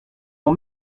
mon